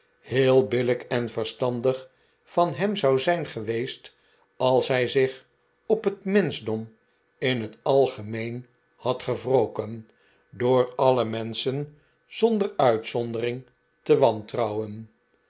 heel billijk en verstandig van hem zou zijn geweest als hij zich op het menschdom in het algemeen had gewroken door alle menschen zonder uitzondering te wantrouwen